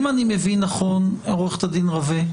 אם אני מבין, עו"ד רווה,